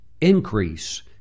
increase